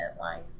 life